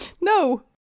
no